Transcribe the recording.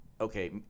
okay